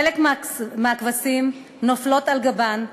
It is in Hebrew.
חלק מהכבשים נופלות על גבן.